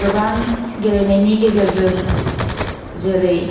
गोबां गेलेनायनि गेजेरजों जेरै